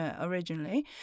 originally